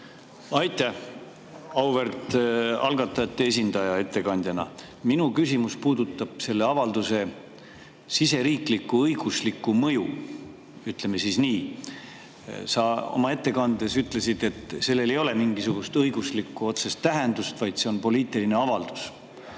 Aitäh! Auväärt algatajate esindaja ettekandjana! Minu küsimus puudutab selle avalduse siseriiklikku õiguslikku mõju, ütleme siis nii. Sa oma ettekandes ütlesid, et sellel ei ole mingisugust otsest õiguslikku tähendust, vaid see on poliitiline avaldus.